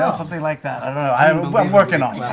um something like that, i don't know, i'm i'm working on